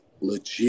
legit